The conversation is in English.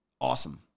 awesome